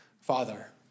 Father